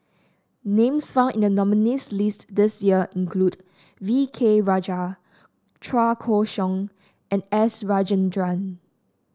names found in the nominees' list this year include V K Rajah Chua Koon Siong and S Rajendran